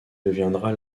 deviendra